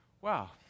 wow